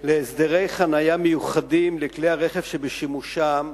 להסדרי חנייה מיוחדים לכלי הרכב שבשימושם,